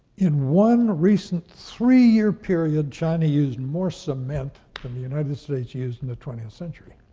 in one recent three-year period, china used more cement than the united states used in the twentieth century.